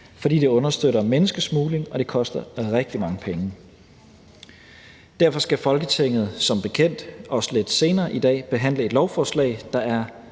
fordi det understøtter menneskesmugling og koster rigtig mange penge. Derfor skal Folketinget som bekendt også lidt senere i dag behandle et lovforslag, der er